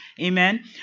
Amen